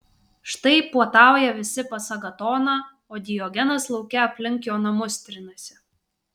štai puotauja visi pas agatoną o diogenas lauke aplink jo namus trinasi